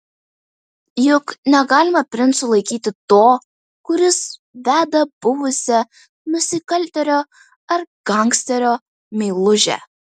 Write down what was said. juk negalima princu laikyti to kuris veda buvusią nusikaltėlio ar gangsterio meilužę